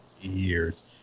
years